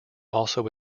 also